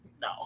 no